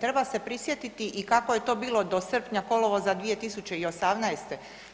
Treba se prisjetiti kako je to bilo do srpnja, kolovoza 2018.